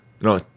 No